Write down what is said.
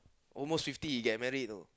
almost fifty he get married know